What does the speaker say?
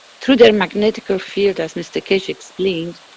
through their magnetical field, as mr keshe explained,